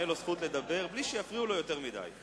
לו זכות לדבר בלי שיפריעו לו יותר מדי.